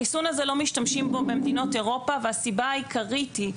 בחיסון הזה לא משתמשים במדינות אירופה והסיבה העיקרית היא,